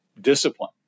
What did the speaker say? discipline